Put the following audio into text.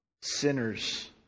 sinners